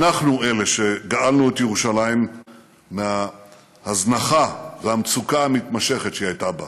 אנחנו שגאלנו את ירושלים מההזנחה והמצוקה המתמשכת שהיא הייתה בה.